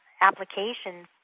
applications